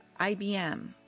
IBM